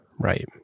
Right